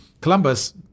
Columbus